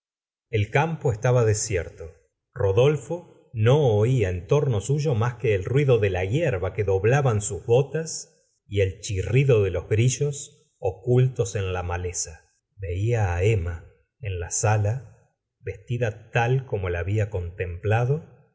el campo estaba desierto rodolfo no ola en torno suyo mas que el ruido de la hierba que doblaban sus botas y el chirrido de los grillos ocultos en la maleza veía emma en la sala vestida tal como la había contemplado